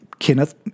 Kenneth